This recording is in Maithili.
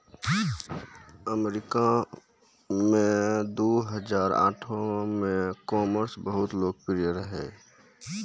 अमरीका मे दु हजार आठो मे ई कामर्स बहुते लोकप्रिय रहै